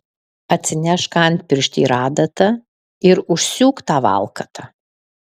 atsinešk antpirštį ir adatą ir užsiūk tą valkatą